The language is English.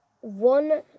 one